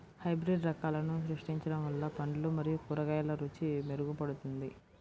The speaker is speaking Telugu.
హైబ్రిడ్ రకాలను సృష్టించడం వల్ల పండ్లు మరియు కూరగాయల రుచి మెరుగుపడుతుంది